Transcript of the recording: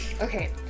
okay